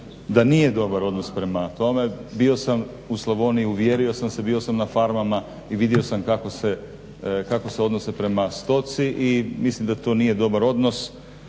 da nije dobar odnos prema tome, bio sam u Slavoniji, uvjerio sam se, bio sam na farmama i vidio sam kako se odnose prema stoci i mislim da to nije dobar odnos.